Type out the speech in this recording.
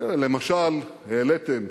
תראה, למשל העליתם,